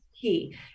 key